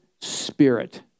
spirit